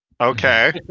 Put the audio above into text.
Okay